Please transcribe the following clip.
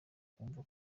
ukumva